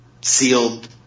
sealed